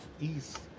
east